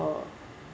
or